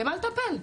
למה לטפל?